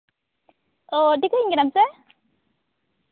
ᱚᱸᱻ ᱴᱷᱤᱠᱟᱹᱧ ᱠᱟᱱᱟᱢ ᱥᱮ